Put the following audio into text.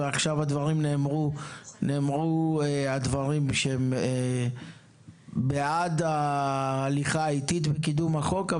והדברים נאמרו עכשיו בעד הליכה איטית לקידום החוק,